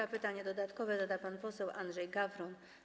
A pytanie dodatkowe zada pan poseł Andrzej Gawron.